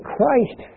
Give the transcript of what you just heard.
Christ